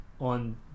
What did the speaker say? on